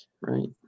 Right